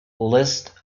list